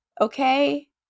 okay